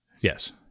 Yes